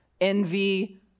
envy